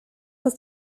ist